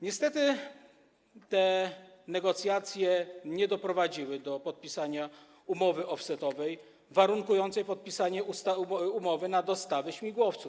Niestety te negocjacje nie doprowadziły do podpisania umowy offsetowej warunkującej podpisanie umowy na dostawy śmigłowców.